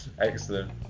Excellent